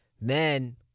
men